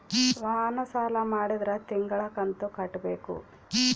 ವಾಹನ ಸಾಲ ಮಾಡಿದ್ರಾ ತಿಂಗಳ ಕಂತು ಕಟ್ಬೇಕು